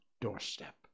doorstep